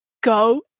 go